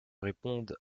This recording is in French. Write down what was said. réponde